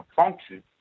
function